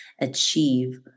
achieve